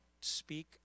speak